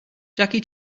jackie